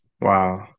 Wow